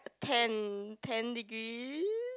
ten ten degree